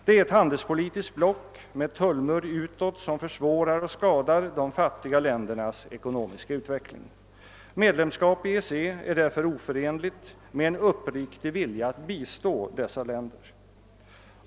Det är ett handelspolitiskt block med tullmur utåt som försvårar och skadar de fattiga ländernas ekonomiska utveckling. Medlemskap i EEC är därför oförenligt med en uppriktig vilja att bistå dessa länder.